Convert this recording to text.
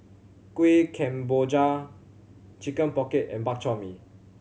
Kueh Kemboja Chicken Pocket and Bak Chor Mee